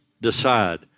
decide